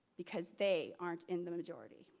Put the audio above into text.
because they aren't in the majority.